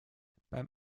beim